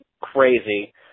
crazy